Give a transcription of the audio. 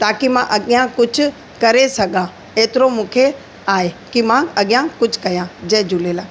ताकी मां अॻियां कुझु करे सघां एतिरो मूंखे आहे की मां अॻियां कुझु कयां जय झूलेलाल